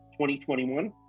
2021